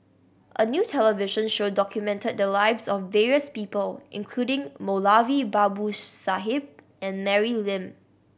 a new television show documented the lives of various people including Moulavi Babu Sahib and Mary Lim